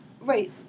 right